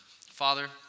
Father